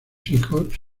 hijos